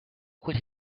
quit